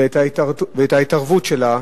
ואת ההתערבות שלה,